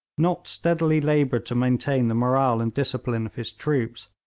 nott steadily laboured to maintain the morale and discipline of his troops,